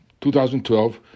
2012